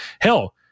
Hell